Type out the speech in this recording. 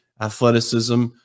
athleticism